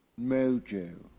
Mojo